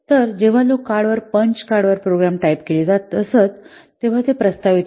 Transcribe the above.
तर जेव्हा लोक कार्डवर पंच कार्डवर प्रोग्राम टाइप केले जात असत तेव्हा ते प्रस्तावित होते